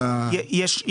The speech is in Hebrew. יצא.